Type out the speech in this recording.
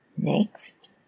Next